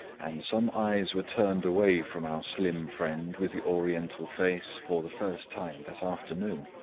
and some eyes were turned away from our slim friend with the oriental face for the first time that afternoon.